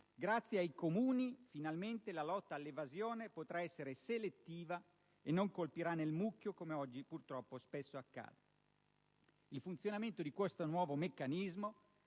Grazie ai Comuni, finalmente la lotta all'evasione potrà essere selettiva e non colpirà nel mucchio, come oggi, purtroppo, accade spesso. Il funzionamento di questo nuovo meccanismo